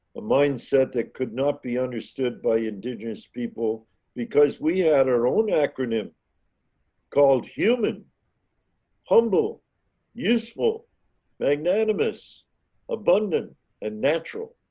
a mindset that could not be understood by indigenous people because we had our own acronym called human humble useful magnanimous abundant and natural